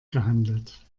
gehandelt